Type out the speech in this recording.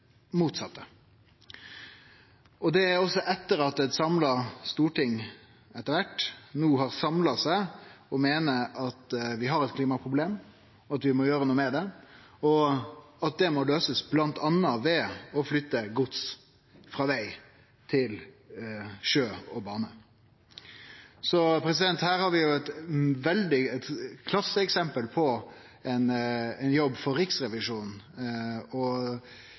motsette – også etter at Stortinget etter kvart har samla seg om at vi har eit klimaproblem, at vi må gjere noko med det, og at det bl.a. må løysast ved å flytte gods frå veg til sjø og bane. Her har vi eit klasseeksempel på ein jobb for Riksrevisjonen. Dei har gjort ein jobb no, og